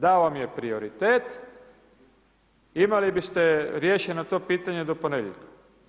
Da vam je prioritet imali biste riješeno to pitanje do ponedjeljka.